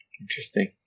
Interesting